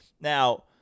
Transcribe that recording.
Now